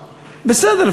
בסדר,